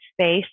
space